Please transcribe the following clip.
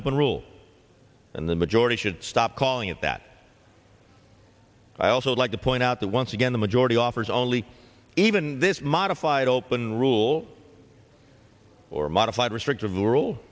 open rule and the majority should stop calling it that i also like to point out that once again the majority offers only even this modified open rule or modified restrictive